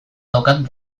daukat